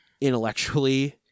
Intellectually